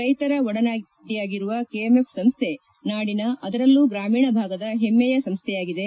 ರೈತರ ಒಡನಾಡಿಯಾಗಿರುವ ಕೆಎಂಎಫ್ ಸಂಸ್ಟೆ ನಾಡಿನ ಅದರಲ್ಲೂ ಗ್ರಾಮೀಣ ಭಾಗದ ಹೆಮ್ಮೆಯ ಸಂಸ್ಥೆಯಾಗಿದೆ